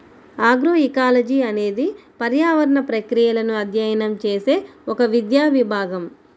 agroecology అనేది పర్యావరణ ప్రక్రియలను అధ్యయనం చేసే ఒక విద్యా విభాగం